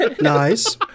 Nice